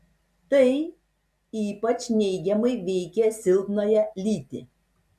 tai ypač neigiamai veikia silpnąją lytį